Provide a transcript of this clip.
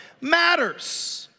matters